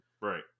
Right